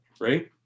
right